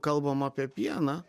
kalbam apie pieną